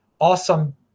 awesome